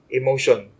emotion